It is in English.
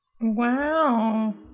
Wow